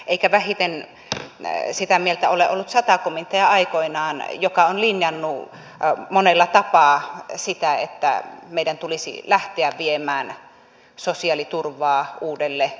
eikä vähiten sitä mieltä ole ollut aikoinaan sata komitea joka on linjannut monella tapaa sitä että meidän tulisi lähteä viemään sosiaaliturvaa uudelle vuosisadalle